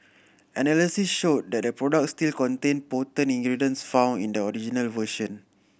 analysis showed that the products still contained potent ingredients found in the version